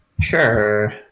Sure